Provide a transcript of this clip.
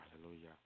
Hallelujah